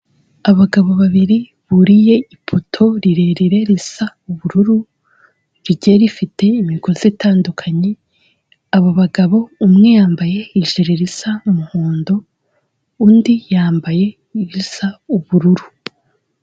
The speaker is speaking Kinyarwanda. Abagabo babiri buriye ipoto rirerire risa ubururu rigiye rifite imigozi itandukanye, abo bagabo umwe yambaye ijire risa umuhondo undi yambaye irisa ubururu.